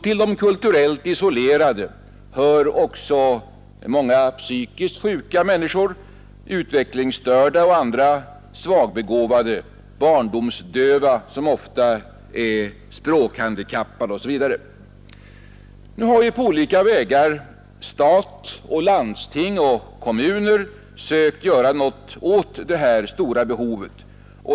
Till de kulturellt isolerade hör också många psykiskt sjuka människor, utvecklingsstörda och andra svagbegåvade, barndomsdöva som ofta är språkhandikappade osv. Stat, landsting och kommuner har på olika vägar sökt att göra något åt detta stora behov.